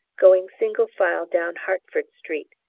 going single file down hertford street,